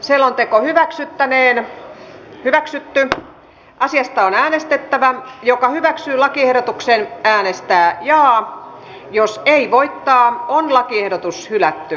selonteko hyväksyttänee hyväksyttää asiasta on äänestettävä joka hyväksyi lakiehdotuksen äänistä ja joissa ei voittoon kun lakiehdotus hylätyn